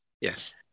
Yes